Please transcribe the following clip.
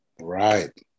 Right